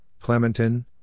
Clementon